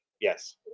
Yes